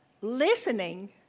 Listening